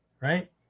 right